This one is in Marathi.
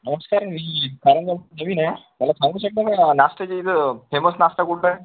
नमस्कार मी कारंज्यात नवीन आहे मला सांगू शकता का नाश्त्याचे इथे फेमस नाश्ता कुठे आहे